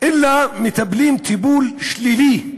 אלא מטפלים טיפול שלילי.